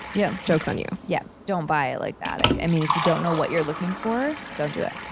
yeah joke's on you. yep. don't buy it like that. i mean, if you don't know what you're looking for don't do it.